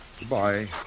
Goodbye